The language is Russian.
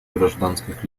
гражданских